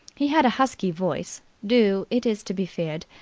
he had a husky voice, due, it is to be feared,